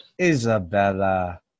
Isabella